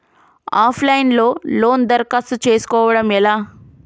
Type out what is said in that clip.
Of line లో loan దరఖాస్తు చేసుకోవడం ఎలా?